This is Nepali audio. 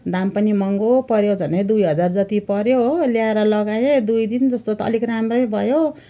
दाम पनि महँगो पर्यो झन्डै दुई हजार जति पर्यो हो ल्याएर लगाएँ दुई दिन जस्तो त अलिक राम्रै भयो